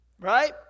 right